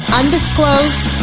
undisclosed